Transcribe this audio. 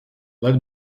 let